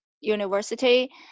university